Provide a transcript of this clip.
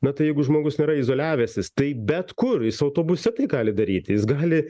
na tai jeigu žmogus nėra izoliavęsis tai bet kur jis autobuse tai gali daryti jis gali